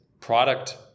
product